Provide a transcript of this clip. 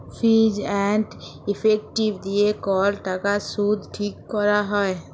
fees and effective দিয়ে কল টাকার শুধ ঠিক ক্যরা হ্যয়